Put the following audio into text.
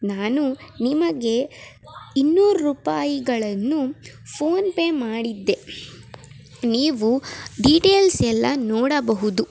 ನಾನು ನಿಮಗೆ ಇನ್ನೂರು ರೂಪಾಯಿಗಳನ್ನು ಫೋನ್ಪೇ ಮಾಡಿದ್ದೆ ನೀವು ಡೀಟೇಲ್ಸ್ ಎಲ್ಲ ನೋಡಬಹುದು